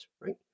right